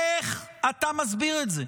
איך אתה מסביר את זה?